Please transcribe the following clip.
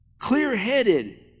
clear-headed